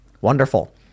Wonderful